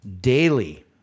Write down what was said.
daily